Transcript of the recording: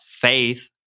faith